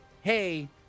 hey